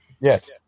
Yes